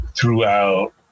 throughout